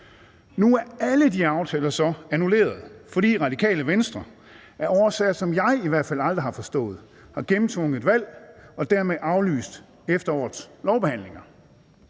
Nu er alle de aftaler så annulleret, fordi Radikale Venstre af årsager, som jeg i hvert fald aldrig har forstået, har gennemtvunget et valg og dermed aflyst efterårets lovbehandlinger.